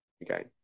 again